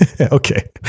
Okay